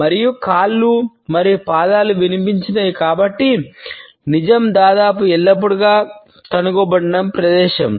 మరియు కాళ్ళు మరియు పాదాలు వినిపించనివి కాబట్టి నిజం దాదాపు ఎల్లప్పుడూ కనుగొనబడిన ప్రదేశం